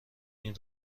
این